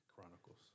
Chronicles